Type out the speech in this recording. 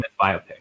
biopic